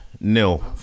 nil